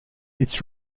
its